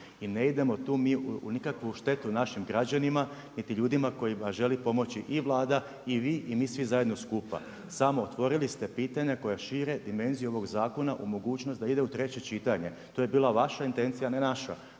I ne idemo tu mi u nikakvu štetu našim građanima niti ljudima kojima želi pomoći i Vlada i vi i mi svi zajedno skupa. Samo, otvorili ste pitanja koje šire dimenziju ovog zakona u mogućnost da ide u treće čitanje. To je bila vaša intencija, a ne naša.